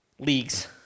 Leagues